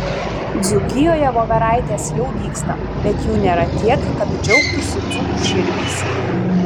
dzūkijoje voveraitės jau dygsta bet jų nėra tiek kad džiaugtųsi dzūkų širdys